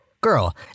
Girl